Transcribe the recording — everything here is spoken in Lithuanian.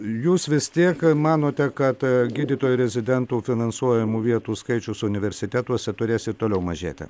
jūs vis tiek manote kad gydytojų rezidentų finansuojamų vietų skaičius universitetuose turės ir toliau mažėti